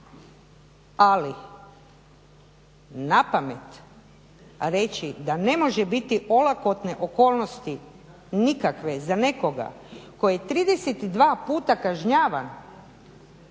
Ali napamet reći da ne može biti olakotne okolnosti nikakve za nekoga tko je 32 puta kažnjavan